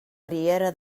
riera